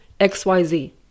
XYZ